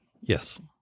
Yes